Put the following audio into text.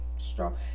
strong